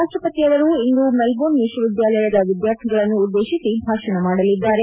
ರಾಷ್ಕ ಪತಿಯವರು ಇಂದು ಮೆಲ್ಫೋರ್ನ್ ವಿಶ್ವವಿದ್ಯಾಲಯದ ವಿದ್ಯಾರ್ಥಿಗಳನ್ನು ಉದ್ಗೇಶಿಸಿ ಭಾಷಣ ಮಾದಲಿದ್ದಾರೆ